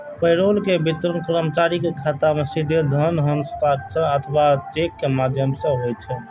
payroll के वितरण कर्मचारी के खाता मे सीधे धन हस्तांतरण अथवा चेक के माध्यम सं होइ छै